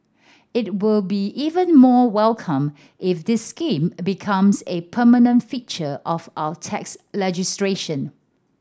it will be even more welcomed if this scheme becomes a permanent feature of our tax legislation